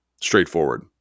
straightforward